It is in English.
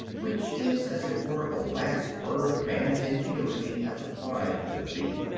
which is, as it were, the last word of man's ingenuity as applied to the bee.